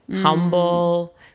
humble